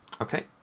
Okay